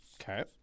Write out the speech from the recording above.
Okay